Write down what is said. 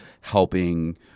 helping